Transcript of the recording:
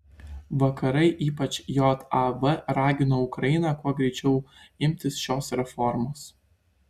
vakarai ypač jav ragino ukrainą kuo greičiau imtis šios reformos